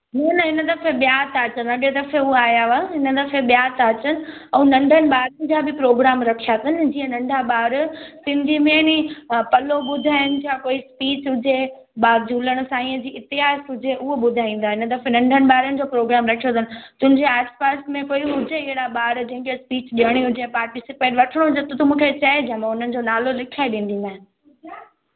न न हिन दफ़े ॿिया ता अचनि अॻिए दफ़े उहे आया हुआ हिन दफ़े ॿिया ता अचनि ऐं नंढनि ॿारनि जा बि प्रोग्राम रखिया अथनि जीअं नंढा ॿार सिंधीअ में नी पलउ ॿुधाइणु या कोई स्पीच हुजे ॿार झूलण साईंअ जी इतिहास हुजे उहा ॿुधाईंदा हिन दफ़े नंढे ॿारनि जो प्रोग्राम रख्यो थन तुंजे आस पास में कोई हुजे अहिड़ा ॿार जंहिंखे स्पीच ॾिअणी हुजे पाटीसिपेट वठणो हुजे त मूंखे चइजे हुननि जो नालो लिखाए ॾींदी मैं